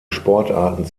sportarten